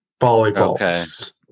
Volleyballs